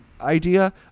idea